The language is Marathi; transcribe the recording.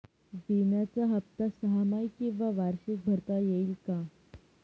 विम्याचा हफ्ता सहामाही किंवा वार्षिक भरता येईल का?